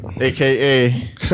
aka